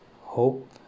hope